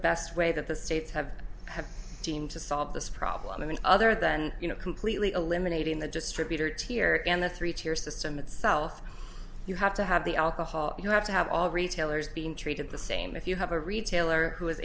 best way that the states have had seemed to solve this problem and other than you know completely eliminating the distributor tier and the three tier system itself you have to have the alcohol you have to have all retailers being treated the same if you have a retailer who